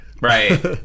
right